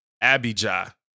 Abijah